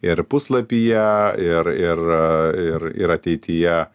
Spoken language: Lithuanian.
ir puslapyje ir ir ir ir ateityje